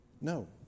No